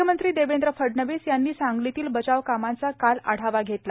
मुख्यमंत्री देवेंद्र फडणवीस यांनी सांगलीतील बचाव कामांचा काल आढावा घेतला